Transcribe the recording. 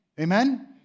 Amen